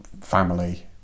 family